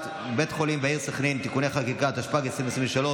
ותעבור לוועדת חוץ וביטחון להכנתה לקריאה הראשונה.